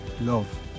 love